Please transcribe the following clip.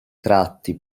tratti